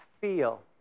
feel